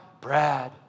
Brad